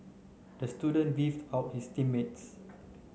the student beefed about his team mates